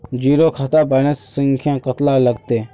Zero खाता balance संख्या कतला लगते?